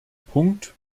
punkt